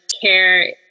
care